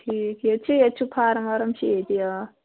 ٹھیٖک ییٚتہِ چھِ ییٚتہِ چھُ فارم وارم چھِ ییٚتہِ آ